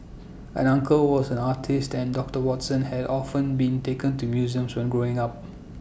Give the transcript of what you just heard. an uncle was an artist and doctor Watson had often been taken to museums when growing up